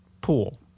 pool